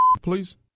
Please